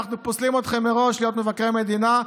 אנחנו פוסלים אתכם מראש מלהיות מבקרי מדינה,